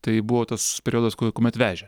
tai buvo tas periodas ku kuomet vežė